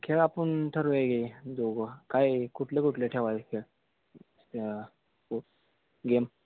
खेळ आपण ठरवूया की जो ग काय आहे कुठले कुठले ठेवायचे खेळ त्या गेम